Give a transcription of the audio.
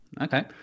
Okay